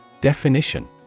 Definition